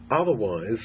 otherwise